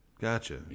Gotcha